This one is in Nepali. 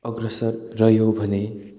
अग्रसर रह्यौँ भने